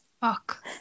Fuck